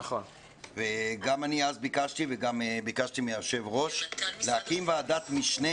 גם אני אז ביקשתי מהיושב-ראש להקים ועדת משנה